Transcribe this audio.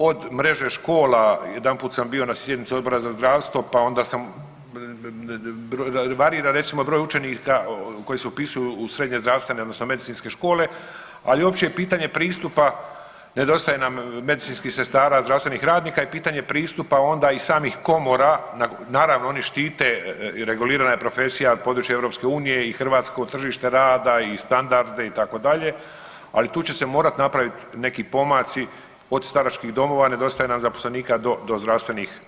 Od mreže škola, jedanput sam bio na sjednici Odbora za zdravstvo, pa onda sam, varira recimo broj učenika koji se upisuju u srednje zdravstvene odnosno medicinske škole, ali opće je pitanje pristupa, nedostaje nam medicinskim sestara i zdravstvenih radnika i pitanje je pristupa onda i samih komora, naravno oni štite i regulirana je profesija na području EU i hrvatsko tržište rada i standarde itd., ali tu će se morat napraviti neki pomaci, od staračkih domova nedostaje nam zaposlenika do, do zdravstvenih ustanova.